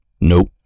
Nope